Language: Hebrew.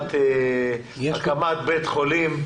הקמת בית חולים,